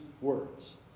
words